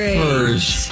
first